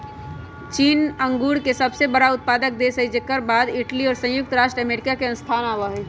चीन अंगूर के सबसे बड़ा उत्पादक देश हई जेकर बाद इटली और संयुक्त राज्य अमेरिका के स्थान आवा हई